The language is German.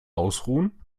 ausruhen